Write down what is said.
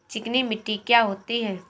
चिकनी मिट्टी क्या होती है?